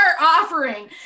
offering